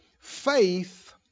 faith